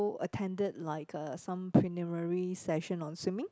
attended like uh some preliminary session on swimming